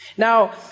Now